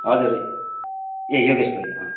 हजुर ए योगेस वैद्य अँ